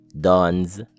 Dawn's